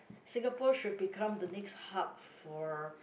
Singapore should become the next hub for